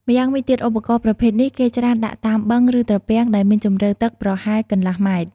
ម្យ៉ាងវិញទៀត ឧបករណ៍ប្រភេទនេះ គេច្រើនដាក់តាមបឹង ឬត្រពាំងដែលមានជម្រៅទឹកប្រហែលកន្លះម៉ែត្រ។